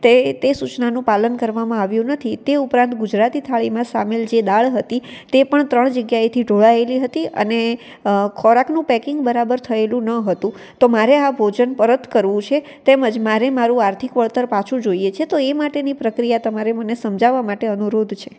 તે તે સૂચનાનું પાલન કરવામાં આવ્યું નથી તે ઉપરાંત ગુજરાતી થાળીમાં સામેલ જે દાળ હતી તે પણ ત્રણ જગ્યાએથી ઢોળાયેલી હતી અને ખોરાકનું પેકિંગ બરાબર થયેલું ન હતું તો મારે આ ભોજન પરત કરવું છે તેમજ મારે મારું આર્થિક વળતર પાછું જોઈએ છે તો એ માટેની પ્રક્રિયા તમારે મને સમજાવવા માટે અનુરોધ છે